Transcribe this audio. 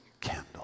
candle